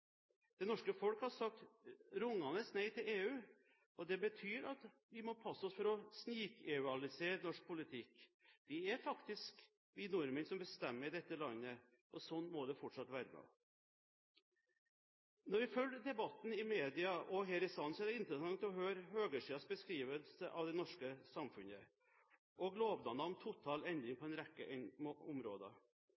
Det norske folk har sagt rungende nei til EU, og det betyr at vi må passe oss for å «snik-EUalisere» norsk politikk. Det er faktisk vi nordmenn som bestemmer i dette landet, og sånn må det fortsatt være. Når vi følger debatten i media og her i salen, er det interessant å høre høyresidens beskrivelse av det norske samfunnet og lovnader om «total endring» på